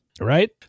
right